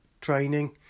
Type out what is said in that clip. training